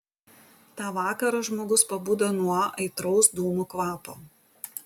tą vakarą žmogus pabudo nuo aitraus dūmų kvapo